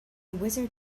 wizard